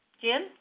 Jim